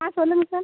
ஆ சொல்லுங்கள் சார்